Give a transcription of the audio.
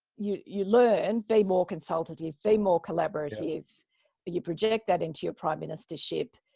you you learned be more consultative, be more collaborative. and you project that into your prime ministership,